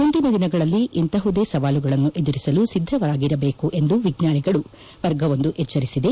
ಮುಂದಿನ ದಿನಗಳಲ್ಲಿ ಇಂತಹುದೇ ಸವಾಲುಗಳನ್ನು ಎದುರಿಸಲು ಸಿದ್ದರಾಗಿರಬೇಕು ಎಂದು ವಿಜ್ಞಾನಿಗಳ ವರ್ಗವೊಂದು ಎಚ್ಚರಿಸಿದೆ